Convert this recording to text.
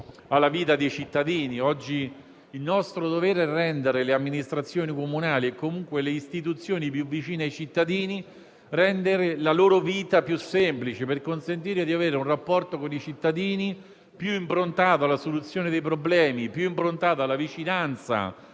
alla vita dei cittadini. Oggi il nostro dovere è rendere le amministrazioni comunali - e comunque le istituzioni - più vicine ai cittadini, rendere la loro vita più semplice per consentir loro di avere un rapporto con i cittadini più improntato alla soluzione dei problemi, alla vicinanza